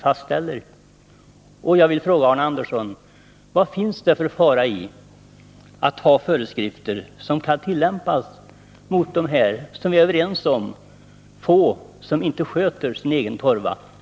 Vad ligger det alltså, Arne Andersson, för fara i föreskrifter, vilkas tillämpning blir aktuell mot de — som vi är överens om — få som inte sköter sin egen torva?